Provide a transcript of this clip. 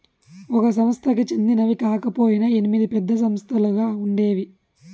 ఒక సంస్థకి చెందినవి కాకపొయినా ఎనిమిది పెద్ద సంస్థలుగా ఉండేవి